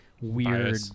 weird